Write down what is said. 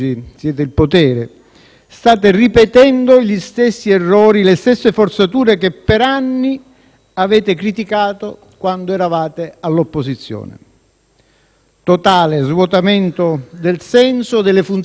state ripetendo gli stessi errori e le stesse forzature che per anni avete criticato quando eravate all'opposizione: totale svuotamento del senso e delle funzioni di quest'Assemblea;